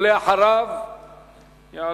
אחריו יעלה